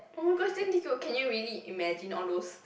oh-my-gosh then did you can you really imagine all those